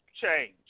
change